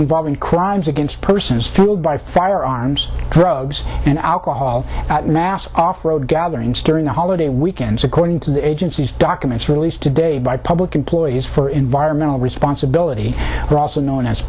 involving crimes against persons fueled by firearms drugs and alcohol at mass off road gatherings during the holiday weekends according to the agency's documents released today by public employees for environmental responsibility russell known as